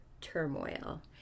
turmoil